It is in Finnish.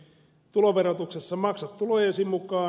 tuloverotuksessa maksat tulojesi mukaan